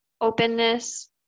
Openness